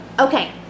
okay